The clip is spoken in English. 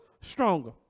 stronger